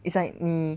it's like 你